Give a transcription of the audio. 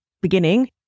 beginning